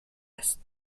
است